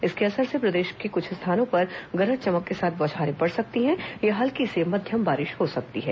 इसके असर से प्रदेश में कुछ स्थानों पर गरज चमक के साथ बौछारें पड़ सकती हैं या हल्की से मध्यम बारिश हो सकती है